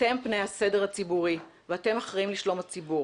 אתם פני הסדר הציבורי ואתם אחראים לשלום הציבור